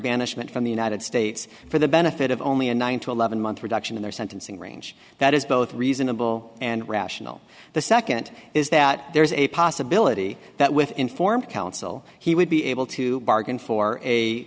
banishment from the united states for the benefit of only a nine to eleven month reduction in their sentencing range that is both reasonable and rational the second is that there is a possibility that with informed counsel he would be able to bargain for a